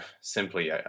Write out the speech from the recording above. simply